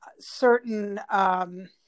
certain